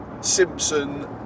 Simpson